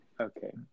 Okay